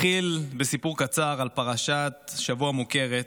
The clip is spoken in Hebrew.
אתחיל בסיפור קצר על פרשת שבוע מוכרת,